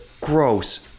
gross